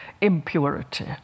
impurity